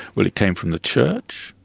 well it came from the church,